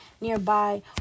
nearby